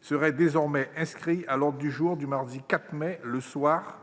serait désormais inscrit à l'ordre du jour du mardi 4 mai, le soir